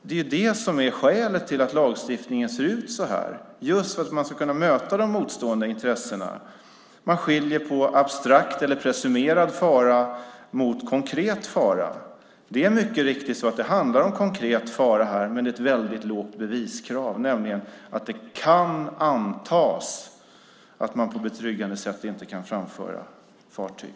Det är detta som är skälet till att lagstiftningen ser ut så här - just för att man ska kunna möta de motstående intressena. Man skiljer på abstrakt eller presumerad fara och konkret fara. Det handlar mycket riktigt om konkret fara här. Men det är ett väldigt lågt beviskrav, nämligen att det kan antas att man på betryggande sätt inte kan framföra fartyg.